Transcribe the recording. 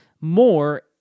more